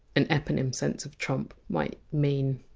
an eponym sense of trump might mean?